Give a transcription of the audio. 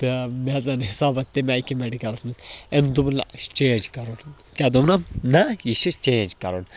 تہٕ مےٚ حظ آو نہٕ حِساب اتھ تَمہِ آے کیٚنٛہہ مٮ۪ڈِکَلَس منٛز أمۍ دوٚپ نہ یہِ چھِ چینٛج کَرُن کیٛاہ دوٚپنم نَہ یہِ چھِ چینٛج کَرُن